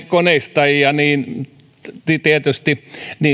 koneistajia että tietysti